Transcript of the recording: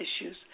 issues